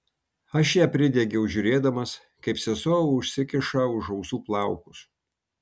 aš ją pridegiau žiūrėdamas kaip sesuo užsikiša už ausų plaukus